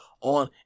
on